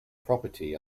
property